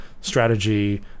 strategy